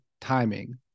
timing